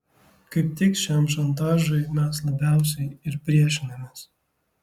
kaip tik šiam šantažui mes labiausiai ir priešinamės